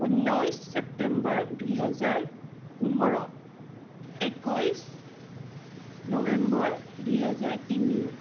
ঊনৈছ চেপ্তেম্বৰ দুহেজাৰ পোন্ধৰ একৈছ নবেম্বৰ দুহেজাৰ তিনি